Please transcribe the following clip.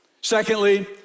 Secondly